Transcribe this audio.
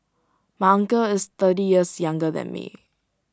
my uncle is thirty years younger than me